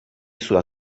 sulla